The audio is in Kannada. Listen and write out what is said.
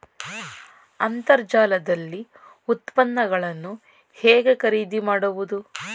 ಅಂತರ್ಜಾಲದಲ್ಲಿ ಉತ್ಪನ್ನಗಳನ್ನು ಹೇಗೆ ಖರೀದಿ ಮಾಡುವುದು?